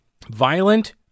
violent